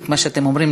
כמו שאתם אומרים,